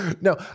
no